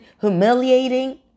humiliating